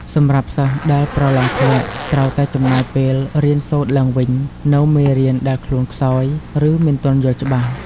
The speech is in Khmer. សម្រាប់សិស្សដែលប្រឡងធ្លាក់ ត្រូវតែចំណាយពេល រៀនសូត្រឡើងវិញនូវមេរៀនដែលខ្លួនខ្សោយ ឬមិនទាន់យល់ច្បាស់។